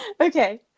okay